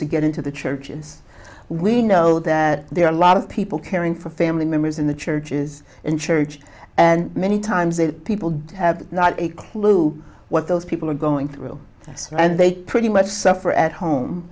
so get into the church is we know that there are a lot of people caring for family members in the churches and church and many times that people have not a clue what those people are going through this and they pretty much suffer at home